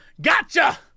Gotcha